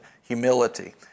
Humility